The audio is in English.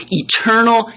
eternal